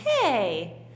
Hey